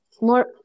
more